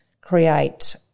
create